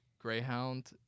Greyhound